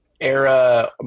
era